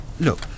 Look